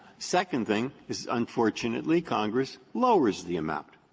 second thing is, unfortunately, congress lowers the amount.